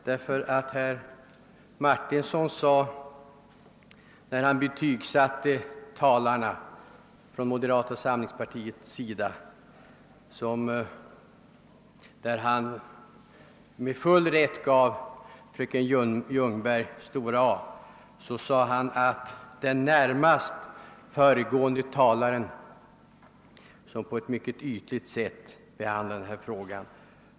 När herr Martinsson betygsatte talarna från moderata samlingspartiet och med full rätt gav fröken Ljungberg A, sade han att den närmast föregående talaren på ett ytligt sätt behandlat denna fråga.